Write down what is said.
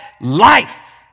life